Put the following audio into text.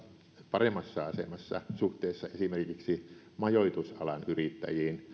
paremmassa asemassa suhteessa esimerkiksi majoitusalan yrittäjiin